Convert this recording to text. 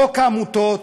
חוק העמותות,